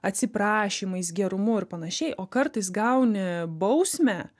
atsiprašymais gerumu ir panašiai o kartais gauni bausmę